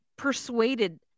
persuaded